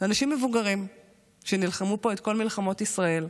אנשים מבוגרים שנלחמו פה את כל מלחמות ישראל,